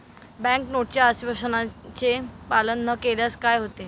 Bank नोटच्या आश्वासनाचे पालन न केल्यास काय होते?